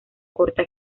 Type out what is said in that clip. corta